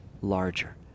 larger